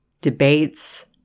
debates